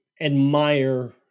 admire